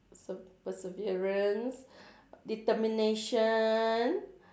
~serve perseverance determination